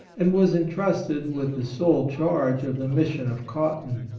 and was entrusted with the sole charge of the mission of cotton.